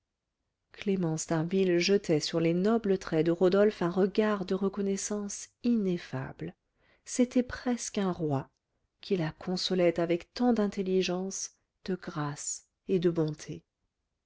clémence d'harville jetait sur les nobles traits de rodolphe un regard de reconnaissance ineffable c'était presque un roi qui la consolait avec tant d'intelligence de grâce et de bonté